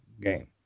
game